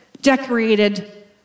decorated